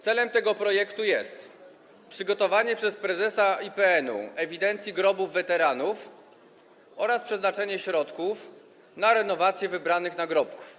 Celem tego projektu jest przygotowanie przez prezesa IPN-u ewidencji grobów weteranów oraz przeznaczenie środków na renowację wybranych nagrobków.